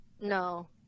No